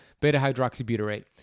beta-hydroxybutyrate